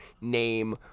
name